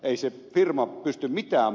ei se firma pysty mikään